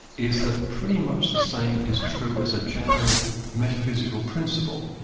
is that pretty much the same is true as a general metaphysical principle.